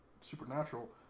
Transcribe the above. Supernatural